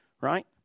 right